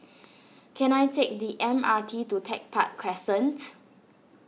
can I take the M R T to Tech Park Crescent